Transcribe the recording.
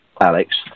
Alex